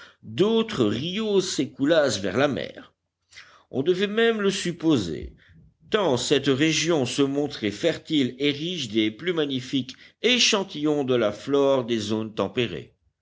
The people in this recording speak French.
d'autres rios s'écoulassent vers la mer on devait même le supposer tant cette région se montrait fertile et riche des plus magnifiques échantillons de la flore des zones tempérées